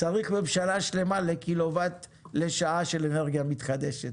צריך ממשלה שלמה לקילוואט לשנה של אנרגיה מתחדשת,